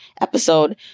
episode